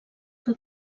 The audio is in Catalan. que